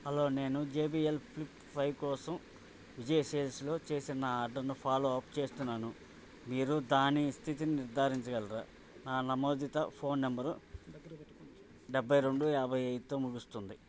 hello నేను J B L flip five కోసం విజయ్ సేల్స్లో చేసిన నా ఆర్డర్ను ఫాలోఅప్ చేస్తున్నాను మీరు దాని స్థితిని నిర్ధారించగలరా నా నమోదిత ఫోన్ నంబర్ డెబ్బై రెండు యాభై ఐదుతో ముగుస్తుంది